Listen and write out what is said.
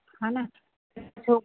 हान तो